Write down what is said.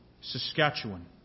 Saskatchewan